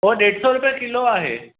उहा ॾेढि सौ रुपिया किलो आहे